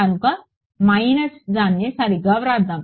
కనుక మైనస్ దాన్ని సరిగ్గా వ్రాస్దాం